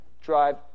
drive